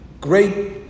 great